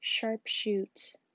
sharpshoot